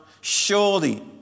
surely